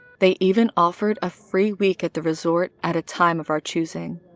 they even offered a free week at the resort at a time of our choosing,